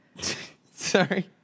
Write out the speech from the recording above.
Sorry